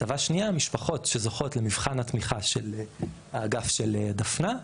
הטבה שנייה המשפחות שזוכות למבחן התמיכה של האגף של דפנה,